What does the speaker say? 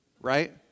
right